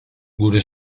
gure